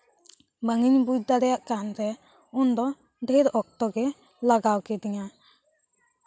ᱵᱟᱝ ᱤᱧ ᱵᱩᱡᱽ ᱫᱟᱲᱮᱭᱟᱜ ᱠᱟᱱᱨᱮ ᱩᱱᱫᱚ ᱰᱷᱮᱨ ᱚᱠᱛᱚ ᱜᱮ ᱞᱟᱜᱟᱣ ᱠᱤᱫᱤᱧᱟ